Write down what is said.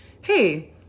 hey